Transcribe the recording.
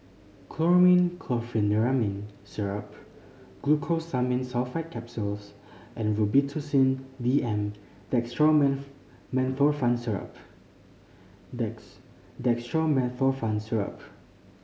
Chlormine Chlorpheniramine Syrup Glucosamine Sulfate Capsules and Robitussin D M Dextromethorphan Syrup Dextromethorphan Syrup